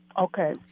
okay